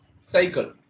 cycle